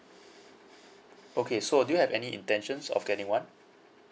okay so do you have any intentions of getting one